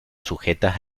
sujetas